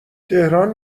تهران